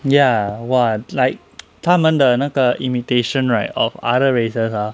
ya !wah! like 他们的那个 imitation right of other races ah